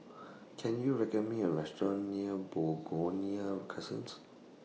Can YOU recall Me A Restaurant near Begonia Crescent